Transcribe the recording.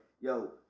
yo